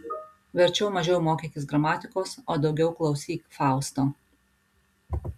verčiau mažiau mokykis gramatikos o daugiau klausyk fausto